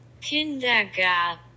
Kindergarten